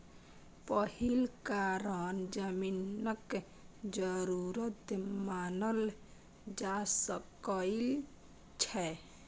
पहिल कारण जमीनक जरूरत मानल जा सकइ छै